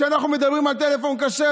כשאנחנו מדברים על טלפון כשר,